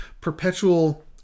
perpetual